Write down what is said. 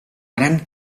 gran